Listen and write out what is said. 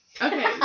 Okay